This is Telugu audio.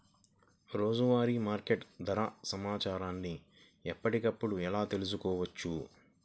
రోజువారీ మార్కెట్ ధర సమాచారాన్ని ఎప్పటికప్పుడు ఎలా తెలుసుకోవచ్చు?